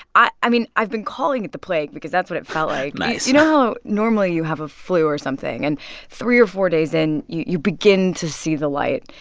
i i mean, i've been calling it the plague because that's what it felt like nice you know how normally you have a flu or something and three or four days in, you you begin to see the light,